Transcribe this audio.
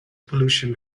pollution